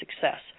success